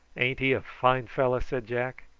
ain't he a fine fellow? said jack.